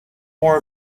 more